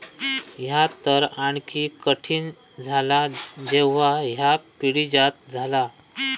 ह्या तर आणखी कठीण झाला जेव्हा ह्या पिढीजात झाला